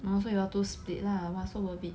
orh so you all two split lah !wah! so worth it